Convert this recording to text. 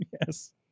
Yes